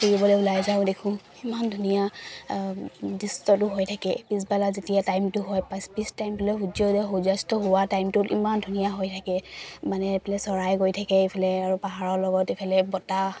ফুৰিবলৈ ওলাই যাওঁ দেখো ইমান ধুনীয়া দৃশ্যটো হৈ থাকে পিছবেলা যেতিয়া টাইমটো হয় পাছ পিছ টাইমটোলৈ সূৰ্য উদয় সূৰ্যাস্ত হোৱা টাইমটোত ইমান ধুনীয়া হৈ থাকে মানে এইফালে চৰাই গৈ থাকে এইফালে আৰু পাহাৰৰ লগত এইফালে বতাহ